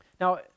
Now